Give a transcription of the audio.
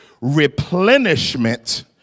replenishment